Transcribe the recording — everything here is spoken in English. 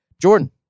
Jordan